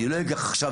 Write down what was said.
אני לא אקח עכשיו,